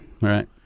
Right